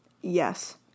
Yes